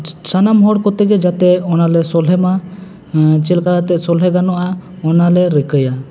ᱥᱟᱱᱟᱢ ᱦᱚᱲ ᱠᱚᱛᱮᱜᱮ ᱡᱟᱛᱮ ᱚᱱᱟ ᱞᱮ ᱥᱚᱞᱦᱮ ᱢᱟ ᱪᱮᱫ ᱞᱮᱠᱟ ᱠᱟᱛᱮ ᱥᱚᱞᱦᱮ ᱜᱟᱱᱚᱜᱼᱟ ᱚᱱᱟ ᱞᱮ ᱨᱤᱠᱟ ᱭᱟ